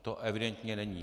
To evidentně není.